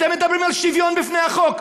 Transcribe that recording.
אתם מדברים על שוויון בפני החוק,